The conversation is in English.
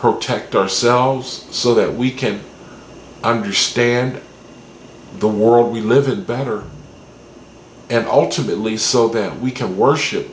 protect ourselves so that we can understand the world we live in better and ultimately so that we can worship